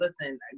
Listen